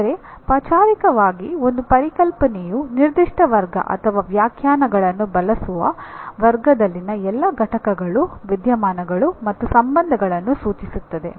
ಆದರೆ ಪಚಾರಿಕವಾಗಿ ಒಂದು ಪರಿಕಲ್ಪನೆಯು ನಿರ್ದಿಷ್ಟ ವರ್ಗ ಅಥವಾ ವ್ಯಾಖ್ಯಾನಗಳನ್ನು ಬಳಸುವ ವರ್ಗದಲ್ಲಿನ ಎಲ್ಲಾ ಘಟಕಗಳು ವಿದ್ಯಮಾನಗಳು ಮತ್ತು ಸಂಬಂಧಗಳನ್ನು ಸೂಚಿಸುತ್ತದೆ